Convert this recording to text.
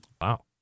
Wow